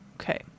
Okay